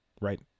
Right